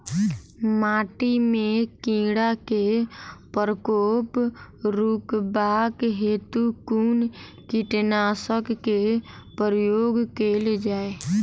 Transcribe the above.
माटि मे कीड़ा केँ प्रकोप रुकबाक हेतु कुन कीटनासक केँ प्रयोग कैल जाय?